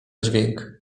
dźwięk